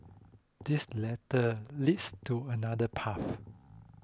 this ladder leads to another path